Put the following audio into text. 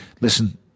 listen